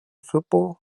football